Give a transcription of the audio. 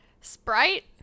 Sprite